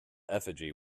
effigy